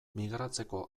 migratzeko